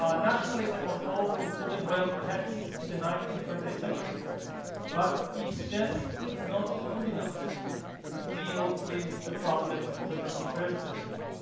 um nationalism was all good and well perhaps in the nineteenth and twentieth century but it's just not good enough to deal with the problems of the twenty first century.